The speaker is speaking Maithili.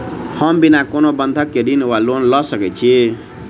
हम बिना कोनो बंधक केँ ऋण वा लोन लऽ सकै छी?